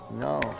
no